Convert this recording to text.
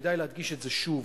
וכדאי להדגיש את זה שוב: